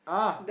ah